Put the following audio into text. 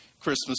Christmas